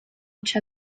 each